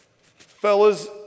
fellas